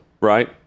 right